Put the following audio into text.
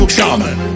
Shaman